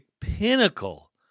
pinnacle